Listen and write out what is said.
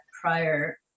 prior